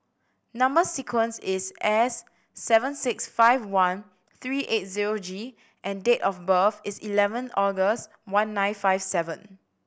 number sequence is S seven six five one three eight zero G and date of birth is eleven August one nine five seven